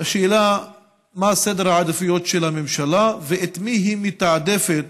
השאלה היא מה סדר העדיפויות של הממשלה ואת מי היא מתעדפת